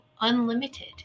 unlimited